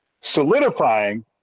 solidifying